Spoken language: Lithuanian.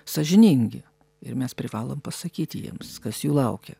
sąžiningi ir mes privalom pasakyti jiems kas jų laukia